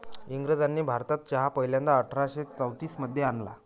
इंग्रजांनी भारतात चहा पहिल्यांदा अठरा शे चौतीस मध्ये आणला